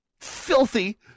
filthy